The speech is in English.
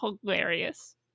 hilarious